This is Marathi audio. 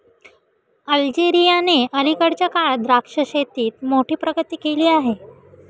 अल्जेरियाने अलीकडच्या काळात द्राक्ष शेतीत मोठी प्रगती केली आहे